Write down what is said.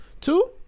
Two